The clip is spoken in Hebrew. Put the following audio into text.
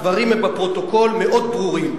הדברים הם בפרוטוקול, מאוד ברורים,